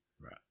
right